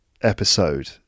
episode